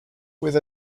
with